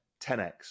10x